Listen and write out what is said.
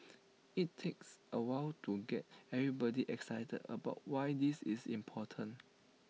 IT takes A while to get everybody excited about why this is important